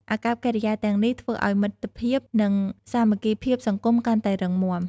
អាកប្បកិរិយាទាំងនេះធ្វើឲ្យមិត្តភាព និងសាមគ្គីភាពសង្គមកាន់តែរឹងមាំ។